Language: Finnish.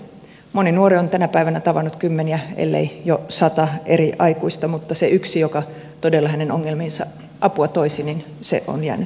moni nuori on tänä päivänä tavannut kymmeniä eri aikuisia ellei jo sata mutta monella se yksi joka todella hänen ongelmiinsa apua toisi on jäänyt puuttumaan